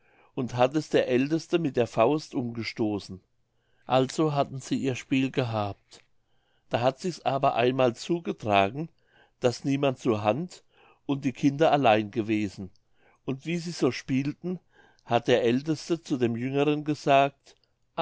und hat es der älteste mit der faust umgestoßen also hatten sie ihr spiel gehabt da hat sich's aber einmal zugetragen daß niemand zur hand und die kinder allein gewesen und wie sie so spielten hat der älteste zu dem jüngeren gesagt